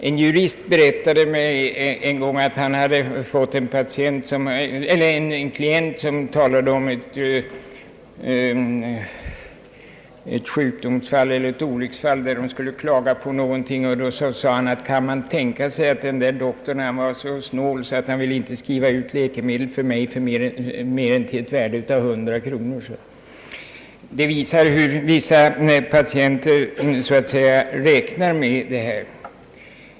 En jurist berättade för mig att han en gång för en klients räkning skulle föra talan i ett mål som rörde ett olycksfall. Klienten talade om för honom att »den där doktorn var så snål att han inte ville skriva ut läkemedel åt mig för mer än 100 kronor». Detta visar hur en del patienter räknar med denna förmån.